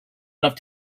enough